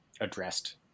addressed